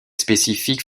spécifique